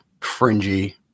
fringy